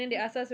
ah